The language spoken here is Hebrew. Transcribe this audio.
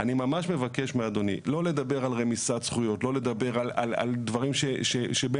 אני ממש מבקש מאדוני, לא לדבר על רמיסת זכויות.